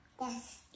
Yes